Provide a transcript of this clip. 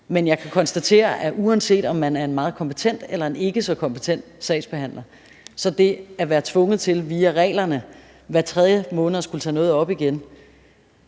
Men jeg kan konstatere, at der, uanset om man er en meget kompetent eller en ikke så kompetent sagsbehandler, så ikke er nogen grund til at være tvunget til via reglerne at skulle tage noget op igen